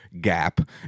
Gap